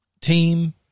team